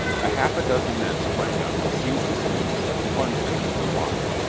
a half a dozen men sprang up, seized the sweeps, and plunged them into the water.